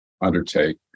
undertake